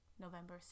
november